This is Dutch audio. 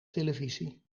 televisie